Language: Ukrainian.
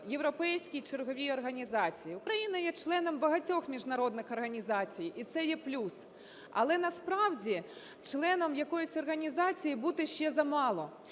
європейській черговій організації. Україна є членом багатьох міжнародних організацій, і це є плюс. Але насправді членом якоїсь організації бути ще замало,